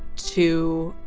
to,